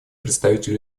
представителю